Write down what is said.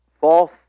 False